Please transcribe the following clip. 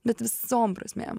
bet visom prasmėm